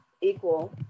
equal